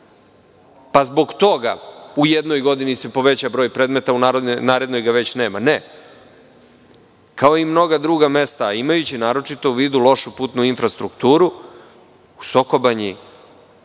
pa zbog toga u jednoj godini se poveća broj predmeta, a u narednoj ih već nema. Ne. Kao i mnoga druga mesta, a imajući u vidu lošu putnu infrastrukturu u Soko Banji